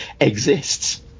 exists